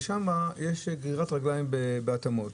ושם יש גרירת רגליים לגבי ההתאמות.